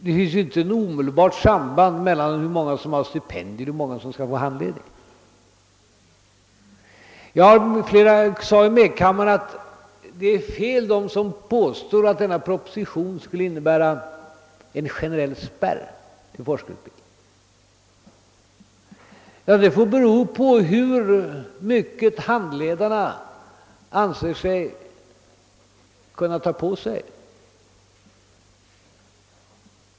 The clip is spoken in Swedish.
Det finns inte något omedelbart samband mellan hur många som har stipendier och hur många som skall få handledning. Jag framhöll i medkammaren att det är fel att påstå att denna proposition skulle innebära en generell spärr till forskarutbildning. Avgörande blir hur mycket handledarna anser sig kunna åtaga sig.